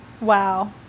Wow